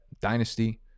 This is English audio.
dynasty